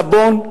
סבון,